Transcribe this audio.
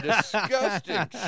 disgusting